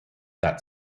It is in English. that